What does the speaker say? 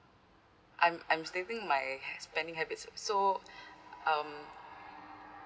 I'm I'm stating my spending habits so um